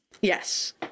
Yes